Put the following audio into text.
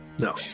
No